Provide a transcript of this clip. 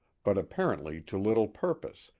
but apparently to little purpose,